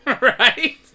Right